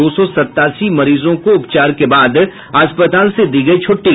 दो सौ सतासी मरीजों को उपचार के बाद अस्पताल से दी गयी छुट्टी